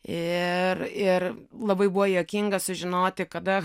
ir ir labai buvo juokinga sužinoti kada